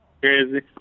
crazy